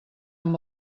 amb